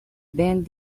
banned